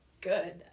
good